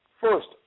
First